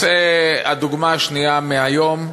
הדוגמה השנייה מהיום: